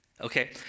okay